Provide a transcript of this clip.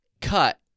cut